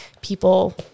people